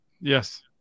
Yes